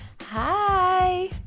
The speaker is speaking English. hi